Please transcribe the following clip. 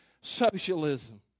socialism